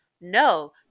No